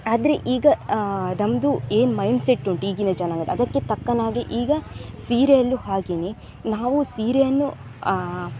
ಆದರೆ ಈಗ ನಮ್ಮದು ಏನು ಮೈಂಡ್ಸೆಟ್ ಉಂಟು ಈಗಿನ ಜನಾಂಗದ ಅದಕ್ಕೆ ತಕ್ಕನಾಗಿ ಈಗ ಸೀರೆಯಲ್ಲೂ ಹಾಗೆಯೇ ನಾವು ಸೀರೆಯನ್ನು